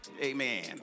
Amen